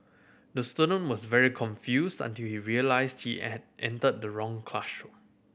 the student was very confused until he realised he entered the wrong classroom